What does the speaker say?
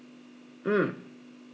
mm